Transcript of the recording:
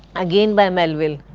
again by melville,